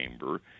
chamber